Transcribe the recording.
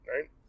right